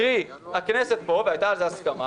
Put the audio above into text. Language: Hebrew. קרי, הכנסת פה והייתה על זה הסכמה